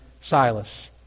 Silas